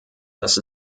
dass